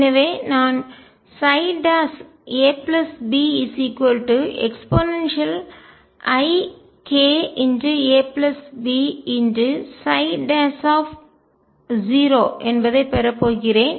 எனவே நான் abeikabψ என்பதை பெறப் போகிறேன்